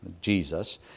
Jesus